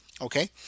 Okay